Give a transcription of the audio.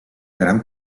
gran